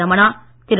Ramana Thiru